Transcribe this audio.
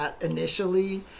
initially